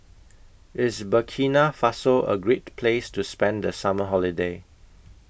IS Burkina Faso A Great Place to spend The Summer Holiday